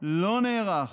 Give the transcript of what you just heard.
לא נערך